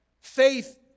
faith